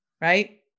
right